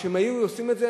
או שהם היו עושים את זה,